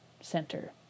center